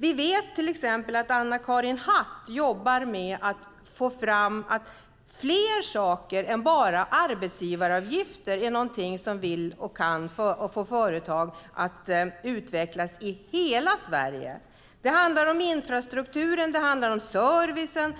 Vi vet till exempel att Anna-Karin Hatt jobbar med fler saker än bara arbetsgivaravgifter för att få företag att utvecklas i hela Sverige. Det handlar om infrastrukturen, servicen,